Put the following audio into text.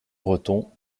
breton